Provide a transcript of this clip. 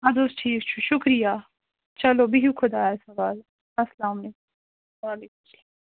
اَدٕ حظ ٹھیٖک چھُ شُکریہ چلو بِہِو خۄدایَس حوال اَسلام علیکُم وعلیکُم